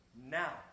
now